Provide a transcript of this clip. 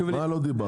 מה לא דיברת?